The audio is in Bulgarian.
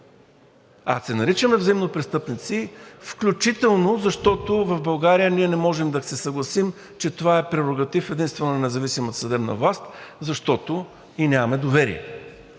А се наричаме взаимно престъпници включително защото в България ние не можем да се съгласим, че това е прерогатив единствено на независимата съдебна власт, защото ѝ нямаме доверие,